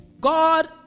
God